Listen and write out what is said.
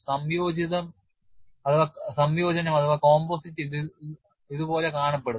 സംയോജനം ഇത് പോലെ കാണപ്പെടുന്നു